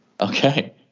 Okay